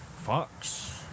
Fox